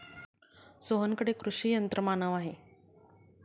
सोहनकडे कृषी यंत्रमानव आहे